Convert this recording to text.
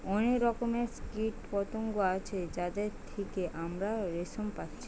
অনেক রকমের কীটপতঙ্গ আছে যাদের থিকে আমরা রেশম পাচ্ছি